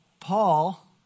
Paul